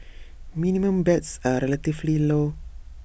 minimum bets are relatively low